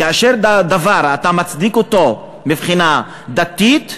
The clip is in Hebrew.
כאשר בא דבר, ואתה מצדיק אותו מבחינה דתית,